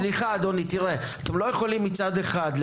אתם לא יכולים, מצד אחד,